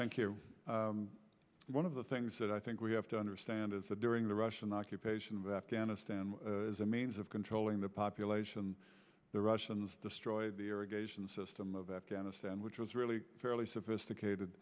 thank you one of the things that i think we have to understand is that during the russian occupation of afghanistan as a means of controlling the population the russians destroyed the irrigation system of afghanistan which was really a fairly sophisticated